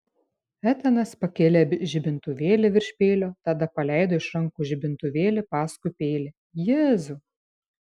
etanas pakėlė žibintuvėlį virš peilio tada paleido iš rankų žibintuvėlį paskui peilį jėzau